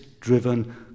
driven